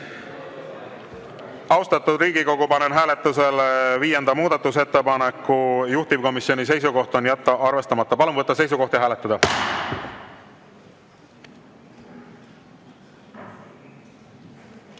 juurde? Austatud Riigikogu, panen hääletusele viienda muudatusettepaneku. Juhtivkomisjoni seisukoht on jätta arvestamata. Palun võtta seisukoht ja hääletada!